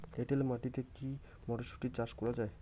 এটেল মাটিতে কী মটরশুটি চাষ করা য়ায়?